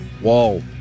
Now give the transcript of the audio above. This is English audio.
Wall